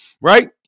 Right